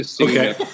Okay